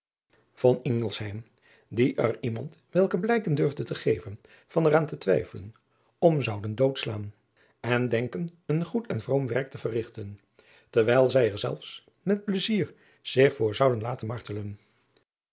er iemand welke blijken durfde te geven van er aan te twijfelen om zouden dood slaan en denken een goed en vroom werk te verrigten terwijl zij er zelfs met plaisier zich voor zouden laten martelen